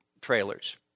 trailers